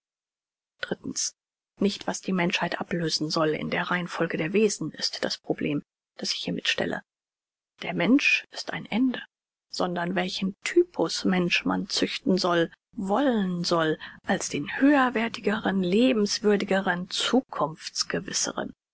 nicht was die menschheit ablösen soll in der reihenfolge der wesen ist das problem das ich hiermit stelle der mensch ist ein ende sondern welchen typus mensch man züchten soll wollen soll als den höherwerthigeren lebenswürdigeren